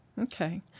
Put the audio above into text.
okay